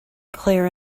clear